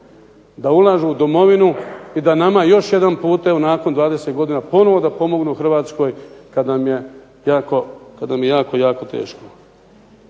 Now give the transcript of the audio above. da ulažu u domovinu i da nama još jedanputa evo nakon 20 godina ponovo da pomognu Hrvatskoj kad nam je jako, jako teško.